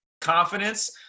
confidence